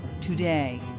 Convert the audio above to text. today